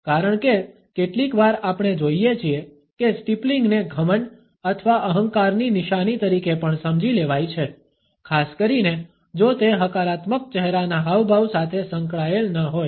કારણ કે કેટલીકવાર આપણે જોઇએ છીએ કે સ્ટીપલિંગને ઘમંડ અથવા અહંકારની નિશાની તરીકે પણ સમજી લેવાય છે ખાસ કરીને જો તે હકારાત્મક ચહેરાના હાવભાવ સાથે સંકળાયેલ ન હોય